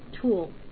tool